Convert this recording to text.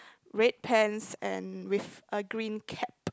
red pants and with a green cap